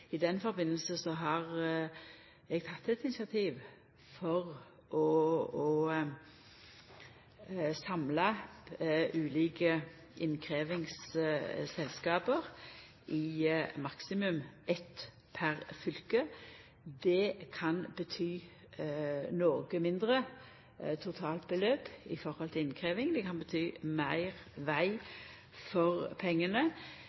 I samband med det har eg teke eit initiativ til å samla ulike innkrevjingsselskap i maksimum eitt per fylke. Det kan bety eit noko mindre totalt beløp i forhold til innkrevjing. Det kan bety meir veg